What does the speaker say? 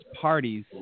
parties